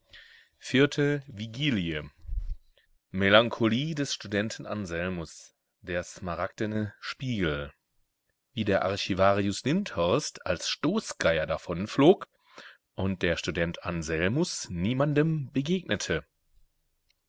vierte vigilie melancholie des studenten anselmus der smaragdene spiegel wie der archivarius lindhorst als stoßgeier davonflog und der student anselmus niemandem begegnete